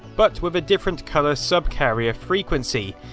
but with a different colour subcarrier frequency.